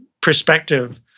perspective